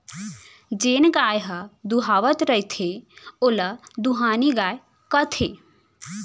जेन गाय ह दुहावत रथे ओला दुहानी गाय कथें